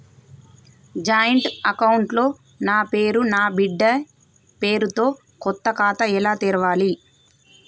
Joint account లో నా పేరు నా బిడ్డే పేరు తో కొత్త ఖాతా ఎలా తెరవాలి?